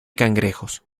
cangrejos